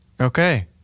Okay